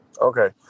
Okay